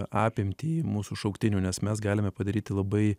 apimtį mūsų šauktinių nes mes galime padaryti labai